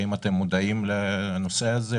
האם אתם מודעים לנושא הזה?